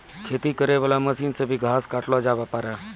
खेती करै वाला मशीन से भी घास काटलो जावै पाड़ै